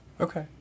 Okay